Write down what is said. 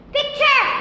Picture